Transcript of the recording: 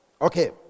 Okay